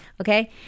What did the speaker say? Okay